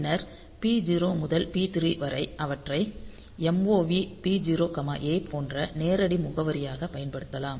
பின்னர் P0 முதல் P3 வரை அவற்றை MOV P0 A போன்ற நேரடி முகவரியாகப் பயன்படுத்தலாம்